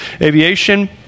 Aviation